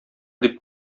дип